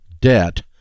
debt